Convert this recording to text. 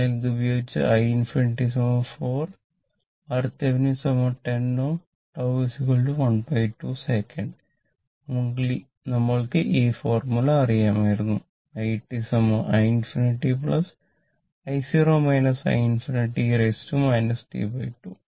അതിനാൽ ഇതുപയോഗിച്ച് i ∞ 4 RThevenin 10 Ω τ 12 second നമ്മൾക്ക് ഈ ഫോർമുല അറിയാമായിരുന്നു i i ∞ i0 i ∞ e tτ